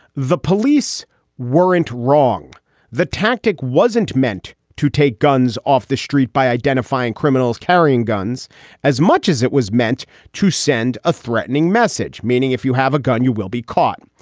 the police were into wrong the tactic wasn't meant to take guns off the street by identifying criminals carrying guns as much as it was meant to send a threatening message. meaning if you have a gun, you will be caught.